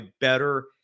Better